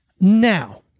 Now